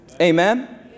Amen